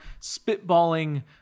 spitballing